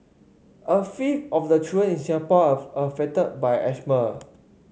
a fifth of the children in Singapore are affected by asthma